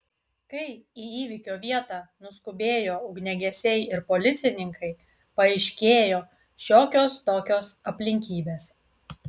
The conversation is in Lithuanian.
kai į įvykio vietą nuskubėjo ugniagesiai ir policininkai paaiškėjo šiokios tokios aplinkybės